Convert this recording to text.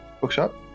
bookshop